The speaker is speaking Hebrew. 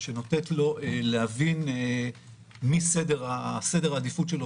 שנותנת לו להבין מי בסדר העדיפות שלו